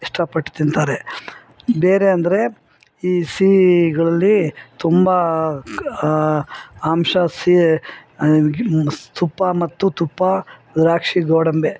ಇಷ್ಟಪಟ್ಟು ತಿಂತಾರೆ ಬೇರೆ ಅಂದರೆ ಈ ಸಿಹಿಗಳಲ್ಲಿ ತುಂಬ ಅಂಶ ಸಿಹಿ ತುಪ್ಪ ಮತ್ತು ತುಪ್ಪ ದ್ರಾಕ್ಷಿ ಗೋಡಂಬಿ